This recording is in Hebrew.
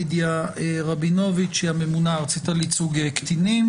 החוק וגם מיטבי ומועיל מבחינת הגנה על עניינו של הקטין.